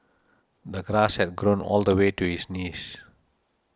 the grass had grown all the way to his knees